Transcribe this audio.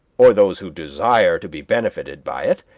or those who desire to be benefited by it,